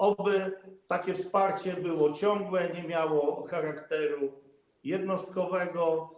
Oby takie wsparcie było ciągłe, nie miało charakteru jednostkowego.